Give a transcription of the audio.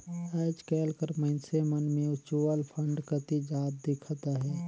आएज काएल कर मइनसे मन म्युचुअल फंड कती जात दिखत अहें